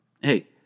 Hey